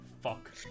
Fuck